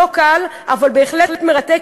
לא קל אבל בהחלט מרתק,